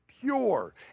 pure